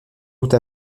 doute